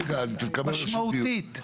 רגע, תקבל רשות דיבור.